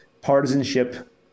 partisanship